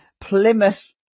Plymouth